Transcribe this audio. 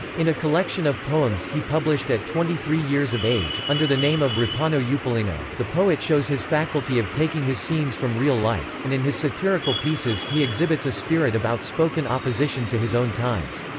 in a collection of poems he published at twenty-three years of age, under the name of ripano eupilino, the poet shows his faculty of taking his scenes from real life, and in his satirical pieces he exhibits a spirit of outspoken opposition to his own times.